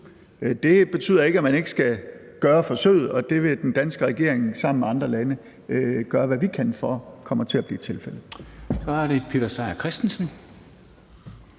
Det betyder ikke, at man ikke skal gøre forsøget, og det vil den danske regering sammen med andre lande gøre alt, hvad vi kan, for kommer til at blive tilfældet.